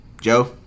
Joe